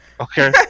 Okay